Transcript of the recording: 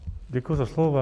Děkuji za slovo.